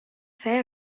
saya